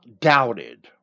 doubted